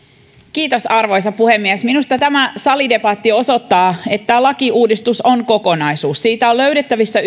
kiitos arvoisa puhemies minusta tämä salidebatti osoittaa että tämä lakiuudistus on kokonaisuus siitä on löydettävissä